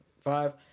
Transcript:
Five